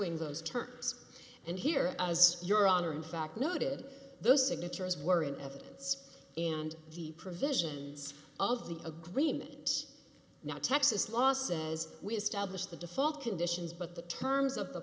ing those terms and here as your honor in fact noted those signatures were in evidence and the provisions of the agreement now texas law says we established the default conditions but the terms of the